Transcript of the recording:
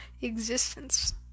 existence